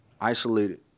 isolated